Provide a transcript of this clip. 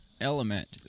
element